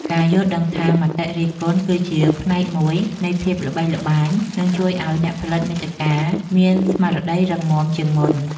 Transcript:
ការយល់ដឹងថា មតិរិះគន់គឺជាផ្នែកមួយនៃភាពល្បីល្បាញ នឹងជួយឱ្យអ្នកផលិតមាតិកាមានស្មារតីរឹងមាំជាងមុន។